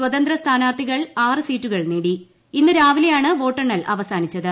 സ്വതന്ത്ര സ്ഥാനാർത്ഥികൾ ആറ് സീറ്റുകൾ ഇന്ന് രാവിലെയാണ് വോട്ടെണ്ണൽ അവസാനിച്ചത്